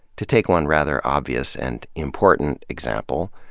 to take one rather obvious and important example,